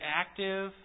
active